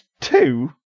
Two